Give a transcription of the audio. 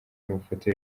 amafoto